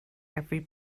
every